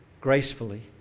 gracefully